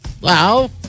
Wow